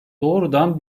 doğrudan